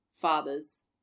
father's